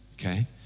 Okay